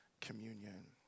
communion